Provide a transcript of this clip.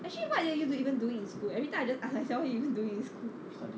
actually what are you even doing in school every time I just ask myself what are you doing in school